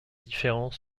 différent